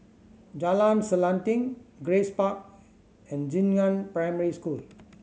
Jalan Selanting Grace Park and Xingnan Primary School